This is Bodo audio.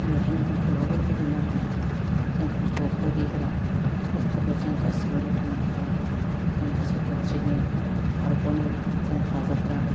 बेखायनो जोंखौ रावबो फेजेननो हाया जों खस्थ'खौ गिग्रा खस्थ'खौ जों गासिबो रुजुननो हाग्रा जों गासै उथ्रिनो बारग'नो जों हाजोबग्रा